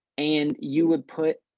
and you would put